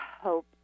hope